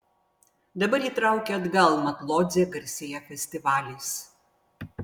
dabar jį traukia atgal mat lodzė garsėja festivaliais